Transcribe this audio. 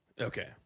Okay